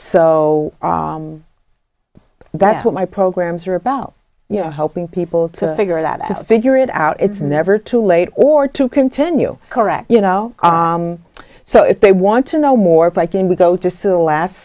so that's what my programs are about helping people to figure that out figure it out it's never too late or to continue correct you know so if they want to know more if i can we go to sue last